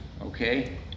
okay